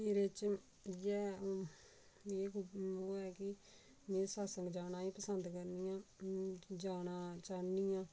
मेरे च इ'यै ऐ ओह् ऐ कि में सत्संग जाना ही पसंद करनी आं जाना चाहन्नी आं